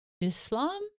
Islam